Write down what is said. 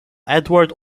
edward